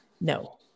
No